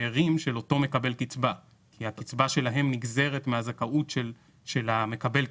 שאירים של אותו מקבל קצבה כי הקצבה שלהם נגזרת מהזכאות של מקבל הקצבה.